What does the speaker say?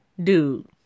Dude